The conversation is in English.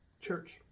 church